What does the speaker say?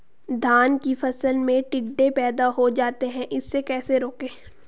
धान की फसल में टिड्डे पैदा हो जाते हैं इसे कैसे रोकें?